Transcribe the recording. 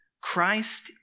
Christ